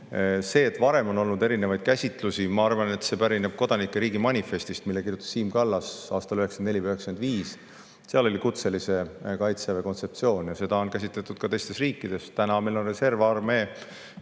See, et varem on olnud erinevaid käsitlusi, ma arvan, pärineb "Kodanike riigi manifestist", mille kirjutas Siim Kallas aastal 1994 või 1995. Seal oli kirjas kutselise kaitseväe kontseptsioon. Seda on käsitletud ka teistes riikides. Praegu on meil reservarmee